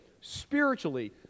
spiritually